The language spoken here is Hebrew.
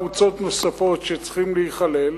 יש קבוצות נוספות שצריכות להיכלל,